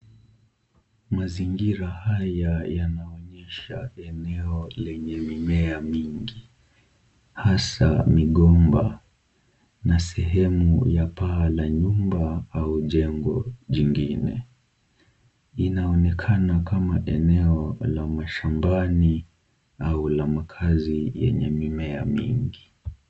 Mazingira haya anaonyesha eneo lenye mimea mingi hasa migomba na sehemu ya paa la nyumba au jengo jingine, inaonekana kama eneo la mashambani au la makazi yenye mimea mingi.